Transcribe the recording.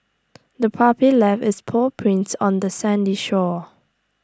the puppy left its paw prints on the sandy shore